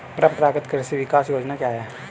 परंपरागत कृषि विकास योजना क्या है?